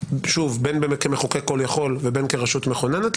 שוב בין כמחוקק כל-יכול ובין כרשות מכוננת,